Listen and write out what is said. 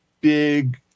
big